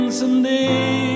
someday